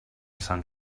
sant